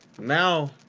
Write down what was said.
now